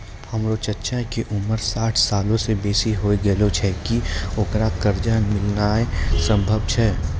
हमरो चच्चा के उमर साठ सालो से बेसी होय गेलो छै, कि ओकरा कर्जा मिलनाय सम्भव छै?